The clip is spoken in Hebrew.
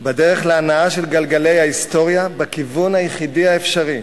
בדרך להנעה של גלגלי ההיסטוריה בכיוון היחידי האפשרי